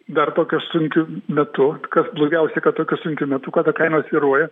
dar tokiu sunkiu metu kas blogiausia kad tokiu sunkiu metu kada kainos svyruoja